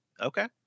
Okay